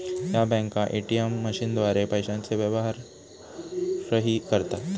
या बँका ए.टी.एम मशीनद्वारे पैशांचे व्यवहारही करतात